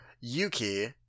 Yuki